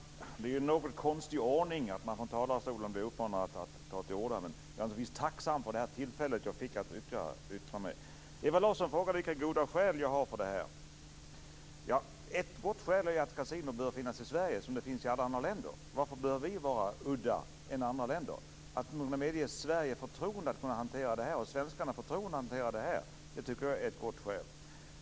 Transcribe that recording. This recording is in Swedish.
Fru talman! Det är en något konstig ordning att man från talarstolen blir uppmanad att ta till orda, men jag är naturligtvis tacksam för det här ytterligare tillfället jag fick att yttra mig. Ewa Larsson frågar vilka goda skäl jag har för det här. Ett gott skäl är ju att kasinon bör finnas i Sverige precis som det finns i alla andra länder. Varför skall vi vara udda jämfört med andra länder? Att ge Sverige och svenskarna förtroendet att hantera det här tycker jag är ett gott skäl.